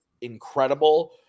incredible